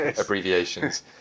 abbreviations